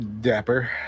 Dapper